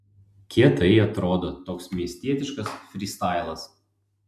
kietai atrodo toks miestietiškas frystailas